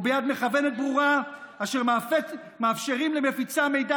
או ביד מכוונת ברורה אשר מאפשרים למפיצי המידע